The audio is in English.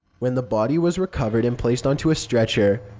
when the body was recovered and placed onto a stretcher,